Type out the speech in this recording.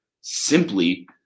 simply